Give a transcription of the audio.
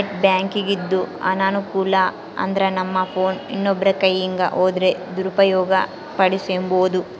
net ಬ್ಯಾಂಕಿಂಗಿಂದು ಅನಾನುಕೂಲ ಅಂದ್ರನಮ್ ಫೋನ್ ಇನ್ನೊಬ್ರ ಕೈಯಿಗ್ ಹೋದ್ರ ದುರುಪಯೋಗ ಪಡಿಸೆಂಬೋದು